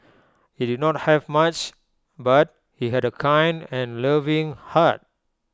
he did not have much but he had A kind and loving heart